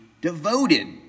devoted